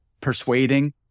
persuading